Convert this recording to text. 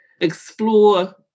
explore